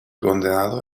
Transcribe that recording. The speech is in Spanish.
condenado